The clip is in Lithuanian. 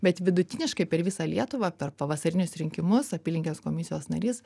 bet vidutiniškai per visą lietuvą per pavasarinius rinkimus apylinkės komisijos narys